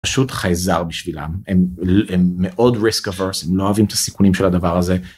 פשוט חייזר בשבילם, הם מאוד risk averse, הם לא אוהבים את הסיכונים של הדבר הזה.